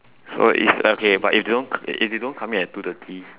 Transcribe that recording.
so it's okay but if they don't co~ if they don't come in at two thirty